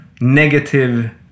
negative